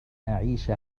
أعيش